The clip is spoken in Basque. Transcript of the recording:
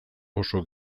oso